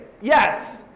Yes